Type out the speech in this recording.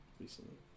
recently